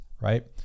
right